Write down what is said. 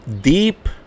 deep